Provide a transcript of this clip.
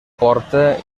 porta